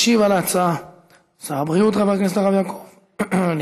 ישיב על ההצעה שר הבריאות הרב חבר הכנסת יעקב ליצמן.